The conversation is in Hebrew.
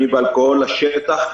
סמים ואלימות לשטח,